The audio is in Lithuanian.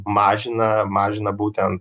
mažina mažina būtent